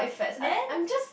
then